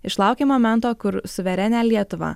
išlaukė momento kur suverenią lietuvą